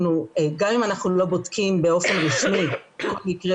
גם אם אנחנו לא בודקים באופן רשמי כל מקרה